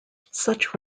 such